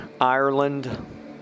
Ireland